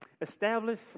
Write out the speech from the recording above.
Establish